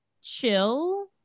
chill